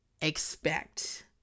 expect